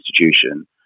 institution